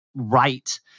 right